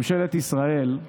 ממשלת ישראל,